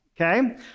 Okay